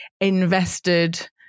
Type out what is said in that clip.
invested